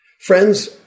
Friends